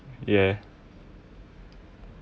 yeah